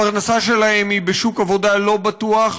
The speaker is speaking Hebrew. הפרנסה שלהם היא בשוק עבודה לא בטוח,